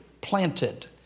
planted